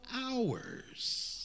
hours